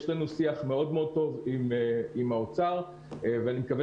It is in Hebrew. יש לנו שיח מאוד טוב עם האוצר ואני מקווה